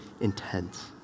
intense